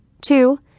Two